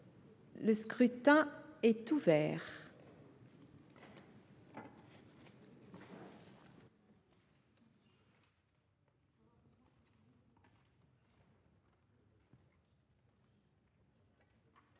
Le scrutin est ouvert.